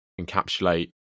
encapsulate